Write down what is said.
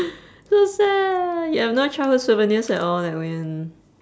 so sad you have no childhood souvenirs at all edwin